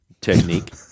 technique